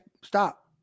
stop